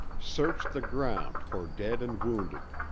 searched the ground for dead and wounded.